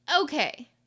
Okay